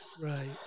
right